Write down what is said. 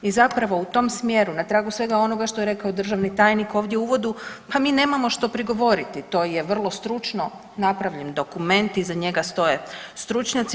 I zapravo u tom smjeru na tragu svega onoga što je rekao državni tajnik ovdje u uvodu, pa mi nemamo što prigovoriti, to je vrlo stručno napravljen dokument iza njega stoje stručnjaci.